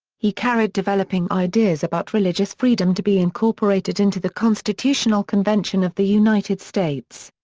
he carried developing ideas about religious freedom to be incorporated into the constitutional convention of the united states.